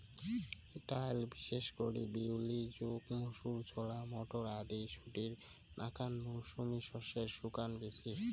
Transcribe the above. ডাইল বিশেষ করি বিউলি, মুগ, মুসুর, ছোলা, মটর আদি শুটির নাকান মৌসুমী শস্যের শুকান বীচি